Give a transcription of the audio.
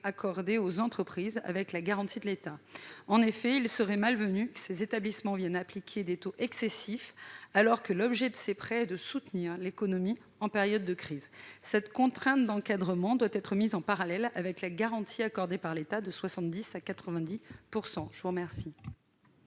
accordés aux entreprises avec la garantie de l'État. En effet, il serait malvenu que ces établissements en viennent à appliquer des taux excessifs, alors que l'objet de ces prêts est de soutenir l'économie en période de crise. Cette contrainte d'encadrement doit être mise en parallèle avec la garantie accordée par l'État de 70 % à 90 %. Quel